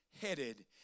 headed